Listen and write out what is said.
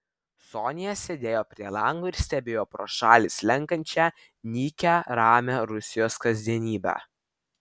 sonia sėdėjo prie lango ir stebėjo pro šalį slenkančią nykią ramią rusijos kasdienybę